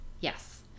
Yes